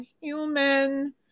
human